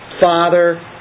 Father